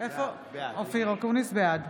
בעד